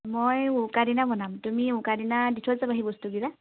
মই উৰুকা দিনা বনাম তুমি উৰুকা দিনা দি থৈ যাবাহি বস্তু কেইটা